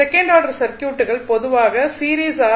second order சர்க்யூட்டுகள் பொதுவாக series R